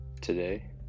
today